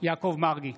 יעקב מרגי,